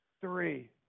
three